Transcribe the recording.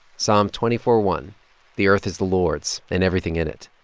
psalm twenty four one the earth is the lord's and everything in it.